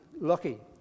lucky